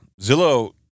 Zillow